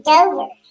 Dover